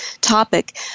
topic